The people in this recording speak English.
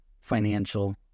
financial